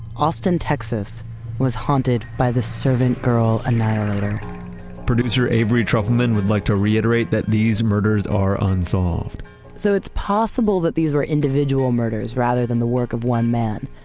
austin texas was haunted by the servant girl annihilator producer avery trufelman would like to reiterate that these murders are unsolved so it's possible that these were individual murders rather than the work of one man.